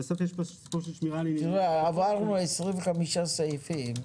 עברנו 25 סעיפים,